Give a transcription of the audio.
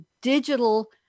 digital